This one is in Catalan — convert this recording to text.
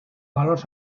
valors